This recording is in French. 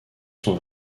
sont